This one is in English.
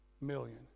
million